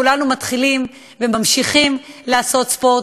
כולנו מתחילים וממשיכים לעשות ספורט,